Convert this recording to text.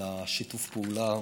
על שיתוף הפעולה